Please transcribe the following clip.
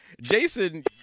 Jason